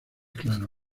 claros